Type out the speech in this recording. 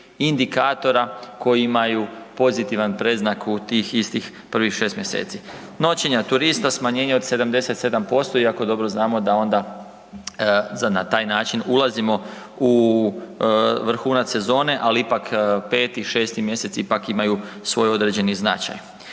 indikatora koji imaju pozitivan predznak u tih istih prvih 6 mjeseci. Noćenja turista smanjenje od 77%, iako dobro znamo da na taj način ulazimo u vrhunac sezone, ali ipak 5. i 6. mjesec imaju svoj određeni značaj.